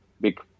big